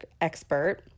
Expert